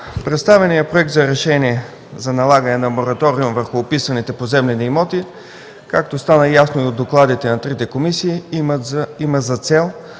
Представеният Проект за решение за налагане на мораториум върху описаните поземлени имоти, както стана дума и от докладите на трите комисии, има за цел